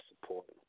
support